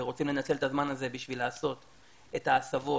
ורוצים לנצל את הזמן הזה בשביל לעשות את ההסבות,